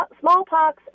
smallpox